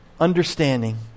Understanding